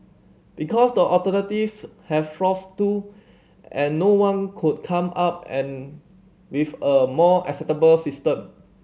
because the alternatives have flaws too and no one could come up an with a more acceptable system